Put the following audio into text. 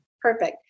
Perfect